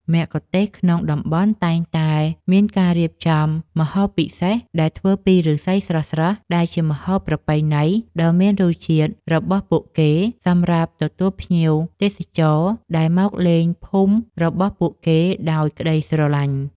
មគ្គុទ្ទេសក៍ក្នុងតំបន់តែងតែមានការរៀបចំម្ហូបពិសេសដែលធ្វើពីឫស្សីស្រស់ៗដែលជាម្ហូបប្រពៃណីដ៏មានរសជាតិរបស់ពួកគេសម្រាប់ទទួលភ្ញៀវទេសចរដែលមកលេងភូមិរបស់ពួកគេដោយក្ដីស្រឡាញ់។